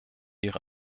ihre